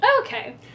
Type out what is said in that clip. Okay